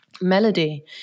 Melody